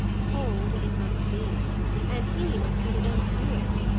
told it must be and he must be the one to do it.